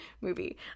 movie